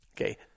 Okay